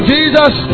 Jesus